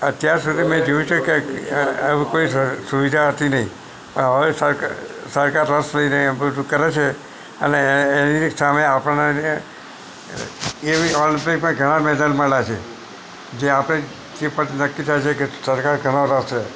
અત્યાર સુધી મેં જોયું છે કે કોઈ સુવિધા હતી નહીં પણ હવે સરકાર રસ લઈને બધું કરે છે અને એની સામે આપણને એવી ઘણા મેદાન મળ્યા છે તે પછી નક્કી થશે કે સરકાર